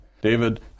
David